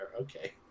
Okay